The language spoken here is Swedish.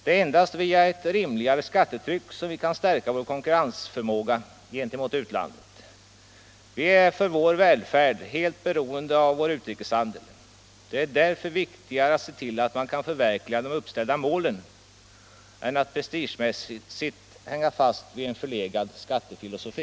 Det är endast via ett rimligare skattetryck som vi kan stärka vår konkurrensförmåga gentemot utlandet. Vi är för vår välfärd helt beroende av vår utrikeshandel. Det är därför viktigare att se till att man kan förverkliga de uppställda målen än att prestigemässigt hänga fast vid en förlegad skattefilosofi.